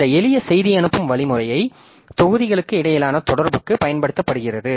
இந்த எளிய செய்தி அனுப்பும் வழிமுறை தொகுதிகளுக்கு இடையிலான தொடர்புக்கு பயன்படுத்தப்படுகிறது